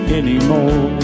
anymore